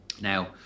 Now